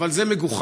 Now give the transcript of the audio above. אבל זה מגוחך.